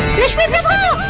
rashmiprabha!